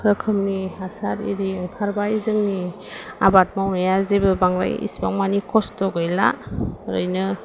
रोखोमनि हासार एरि ओंखारबाय जोंनि आबाद मावनाया जेबो बांद्राय एसिबांमानि खस्थ' गैला ओरैनो